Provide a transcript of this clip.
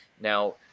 Now